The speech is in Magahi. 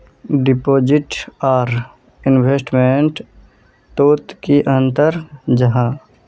डिपोजिट आर इन्वेस्टमेंट तोत की अंतर जाहा?